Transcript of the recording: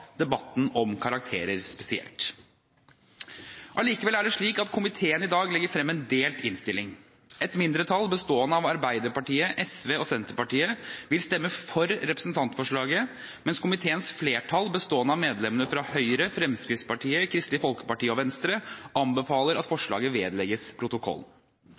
debatten om karakterer spesielt. Allikevel er det slik at komiteen i dag legger frem en delt innstilling. Et mindretall, bestående av Arbeiderpartiet, SV og Senterpartiet, vil stemme for representantforslaget, mens komiteens flertall, bestående av medlemmene fra Høyre, Fremskrittspartiet, Kristelig Folkeparti og Venstre, anbefaler at forslaget vedlegges protokollen.